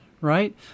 right